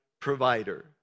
provider